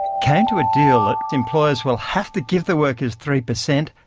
came to a deal that employers will have to give the workers three percent,